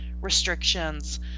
restrictions